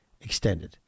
extended